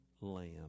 lamb